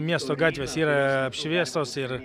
miesto gatvės yra apšviestos ir